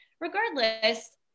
regardless